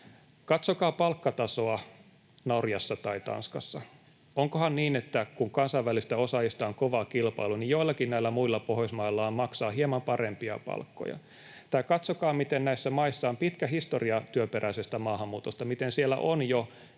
Katsokaa palkkatasoa Norjassa tai Tanskassa. Onkohan niin, että kun kansainvälisistä osaajista on kova kilpailu, niin joillakin näillä muilla Pohjoismailla on maksaa hieman parempia palkkoja? Tai katsokaa, miten näissä maissa on pitkä historia työperäisestä maahanmuutosta, miten siellä on jo